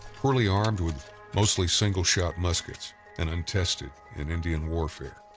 poorly armed with mostly single-shot muskets and untested in indian warfare.